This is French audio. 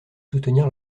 soutenir